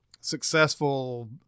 successful